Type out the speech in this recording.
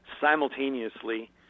simultaneously